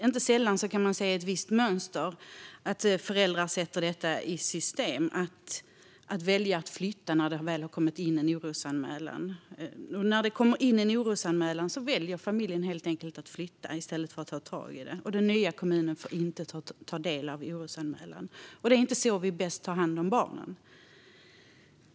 Inte sällan kan man se ett visst mönster där föräldrar sätter det i system att flytta när det väl har kommit in en orosanmälan. När det kommer in en orosanmälan väljer alltså familjen helt enkelt att flytta i stället för att ta tag i det, och den nya kommunen får inte ta del av orosanmälan. Det är inte så vi bäst tar hand om barnen.